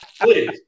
please